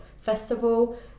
Festival